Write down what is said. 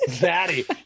daddy